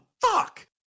fuck